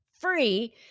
free